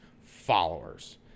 followers